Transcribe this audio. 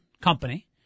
company